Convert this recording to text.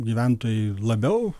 gyventojai labiau